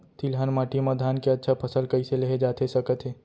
तिलहन माटी मा धान के अच्छा फसल कइसे लेहे जाथे सकत हे?